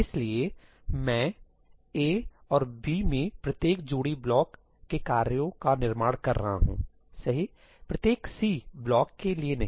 इसलिए मैं A और B में प्रत्येक जोड़ी ब्लॉक के कार्यों का निर्माण कर रहा हूं सही प्रत्येक C ब्लॉक के लिए नहीं